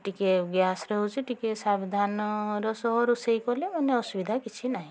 ଟିକେ ଗ୍ୟାସ୍ ରହୁଛି ଟିକେ ସାବଧାନର ସହ ରୋଷେଇ କଲେ ମାନେ ଅସୁବିଧା କିଛି ନାହିଁ